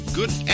good